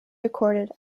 recorded